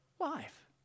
life